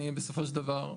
אני בסופו של דבר,